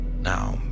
Now